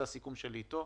זה הסיכום שלי איתו.